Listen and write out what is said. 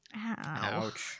Ouch